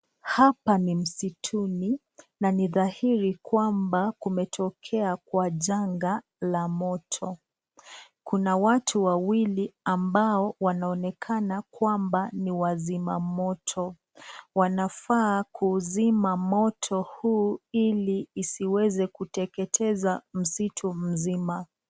Hapa ni msituni na ni dhahiri kwamba kimetokea kwa janga la moto Kuna watu wawili ambao wanaonekana kwamba ni wazima moto wanafaa kuzima moto huu ili iziweze kuteketeza msitu mzima.